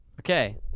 Okay